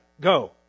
Go